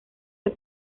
que